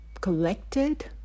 collected